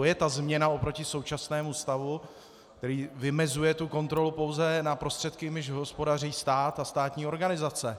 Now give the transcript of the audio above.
To je ta změna oproti současnému stavu, který vymezuje kontrolu pouze na prostředky, jimiž hospodaří stát a státní organizace.